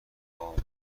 عالی